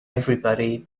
everybody